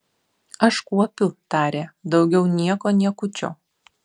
aš kuopiu tarė daugiau nieko niekučio